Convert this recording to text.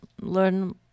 Learn